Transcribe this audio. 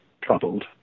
troubled